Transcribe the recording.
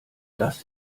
das